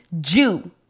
Jew